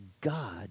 God